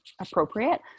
appropriate